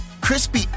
crispy